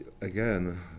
again